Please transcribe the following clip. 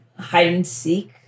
hide-and-seek